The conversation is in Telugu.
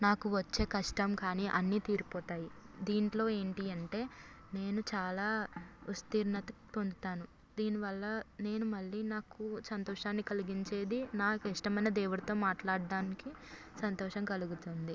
నాకు వచ్చే కష్టం కానీ అన్నీ తీరిపోతాయి దీంట్లో ఏంటంటే నేను చాలా ఉత్తీర్ణతను పొందుతాను దీని వల్ల నేను మళ్ళీ నాకు సంతోషాన్ని కలిగించేది నాకు ఇష్టమైన దేవునితో మాట్లాడానికి సంతోషం కలుగుతుంది